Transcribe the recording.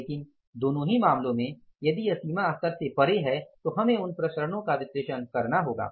लेकिन दोनों ही मामलों में यदि यह सीमा स्तर से परे है तो हमें उन प्रसरणओं का विश्लेषण करना होगा